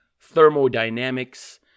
thermodynamics